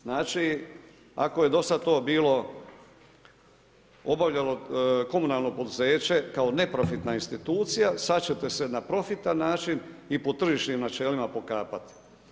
Znači ako je do sada to bilo obavljalo komunalno poduzeće kao neprofitna institucija, sada ćete se na profitan način i po tržišnim načelima pokapat.